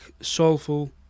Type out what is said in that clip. soulful